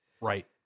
Right